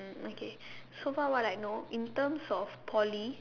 mm okay so far what I know in terms of Poly